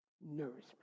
Nourishment